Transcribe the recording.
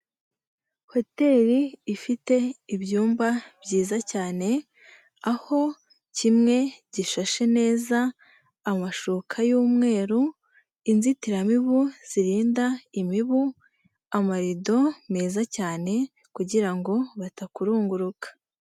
Hoteli ifite ibyumba byiza cyane aho kimwe gishashe neza amashuka y'umweru, inzitiramibu zirinda imibu, amarido meza cyane kugira ngo batakurunguruka.